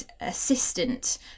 assistant